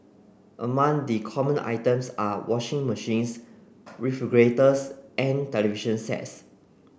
among the common items are washing machines refrigerators and television sets